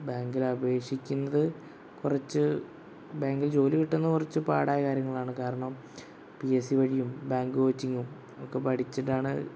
ബാങ്കിൽ അപേക്ഷിക്കുന്നത് കുറച്ചു ബാങ്കിൽ ജോലി കിട്ടുന്ന കുറച്ചു പാടായ കാര്യങ്ങളാണ് കാരണം പി എസ് സി വഴിയും ബാങ്ക് കോച്ചിങ്ങും ഒക്കെ പഠിച്ചിട്ടാണ്